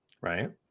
Right